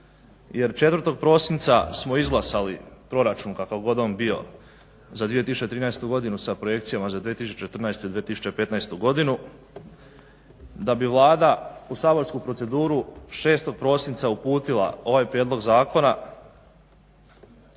jer 4. prosinca smo izglasali proračun kakav god on bio za 2013. godinu sa projekcijama za 2014. i 2015. godinu, da bi Vlada u saborsku proceduru 6. prosinca uputila ovaj prijedlog zakona